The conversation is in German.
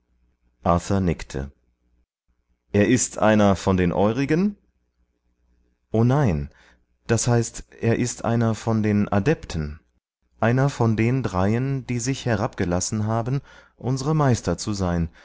arthur nickte er ist einer von den eurigen o nein das heißt er ist einer von den adepten einer von den dreien die sich herabgelassen haben unsere meister zu sein